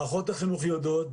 מערכות החינוך יודעות,